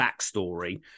backstory